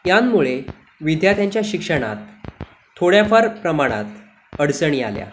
यांमुळे विद्यार्थ्यांच्या शिक्षणात थोड्याफार प्रमाणात अडचणी आल्या